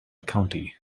county